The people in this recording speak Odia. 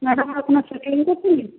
ମ୍ୟାଡ଼ମ୍ ଆପଣ ଷ୍ଟ୍ରେଟ୍ନିଂ କରୁଛନ୍ତି